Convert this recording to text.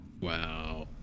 Wow